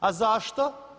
A zašto?